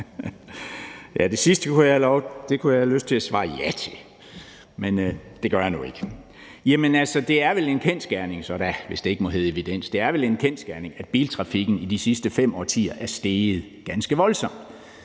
Det sidste kunne jeg have lyst til at svare ja til, men det gør jeg nu ikke. Jamen det er vel så en kendsgerning – hvis det ikke må hedde evidens – at biltrafikken de sidste fem årtier er steget ganske voldsomt,